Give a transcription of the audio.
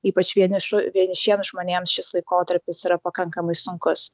ypač vienišų vienišiems žmonėms šis laikotarpis yra pakankamai sunkus